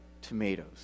tomatoes